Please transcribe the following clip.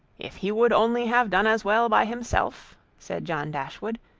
if he would only have done as well by himself, said john dashwood,